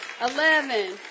eleven